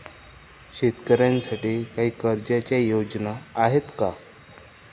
शेतकऱ्यांसाठी काही कर्जाच्या योजना आहेत का?